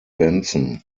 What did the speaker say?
benson